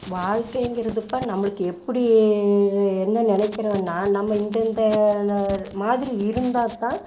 வாழ்க்கைங்கிறதுப்பா நம்மளுக்கு எப்படி என்ன நினைக்கிறோன்னா நம்ம இந்த இந்த மாதிரி இருந்தாத்தான்